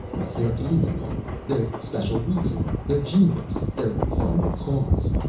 what's their aim in life? their special reason? their genius? their final cause?